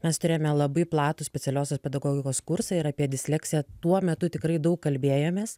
mes turėjome labai platų specialiosios pedagogikos kursą ir apie disleksiją tuo metu tikrai daug kalbėjomės